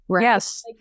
Yes